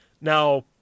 Now